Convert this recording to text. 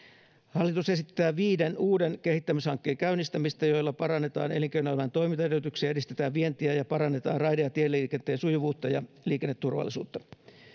hallitus esittää viiden uuden kehittämishankkeen käynnistämistä joilla parannetaan elinkeinoelämän toimintaedellytyksiä edistetään vientiä ja parannetaan raide ja tieliikenteen sujuvuutta ja liikenneturvallisuutta